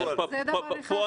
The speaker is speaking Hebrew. מאיר,